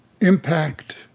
impact